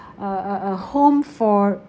uh uh uh home for